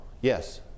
Yes